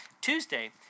Tuesday